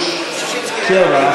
47,